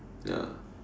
ya